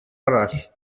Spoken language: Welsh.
arall